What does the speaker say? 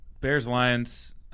Bears-Lions